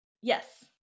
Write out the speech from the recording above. Yes